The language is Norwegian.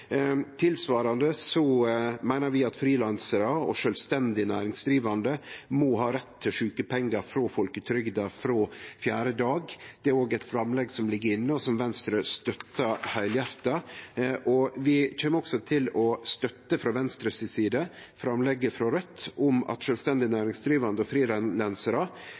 Tilsvarande meiner vi at frilansarar og sjølvstendig næringsdrivande må ha rett til sjukepengar frå folketrygda frå fjerde dag. Det er òg eit framlegg som ligg inne, som Venstre støttar heilhjarta. Vi kjem også frå Venstre si side til å støtte framlegget frå Raudt om at sjølvstendig næringsdrivande og